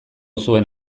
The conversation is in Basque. zuen